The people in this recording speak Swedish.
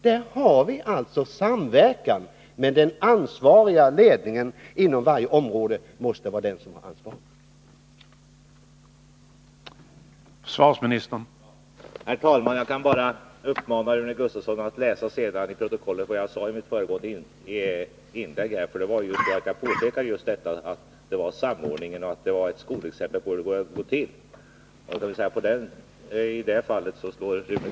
Där samverkade man alltså, och den ansvariga ledningen inom varje område måste vara den som ser till att det blir en samverkan.